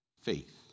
faith